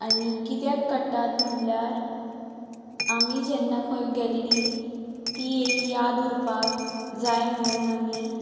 आनी कित्याक काडटात म्हणल्यार आमी जेन्ना खंय गेल्लीं ती एक याद उरपाक जाय म्हणून आमी